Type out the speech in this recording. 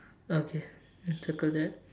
oh okay circle that